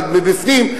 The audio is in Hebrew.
אחד מבפנים,